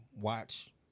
watch